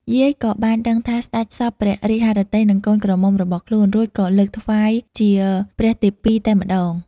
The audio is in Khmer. យាយក៏បានដឹងថា សេ្តចសព្វព្រះរាជហឫទ័យនឹងកូនក្រមុំរបស់ខ្លួន រួចក៏លើកថ្វាយជាព្រះទេពីតែម្ដង។